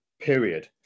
period